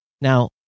Now